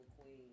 queen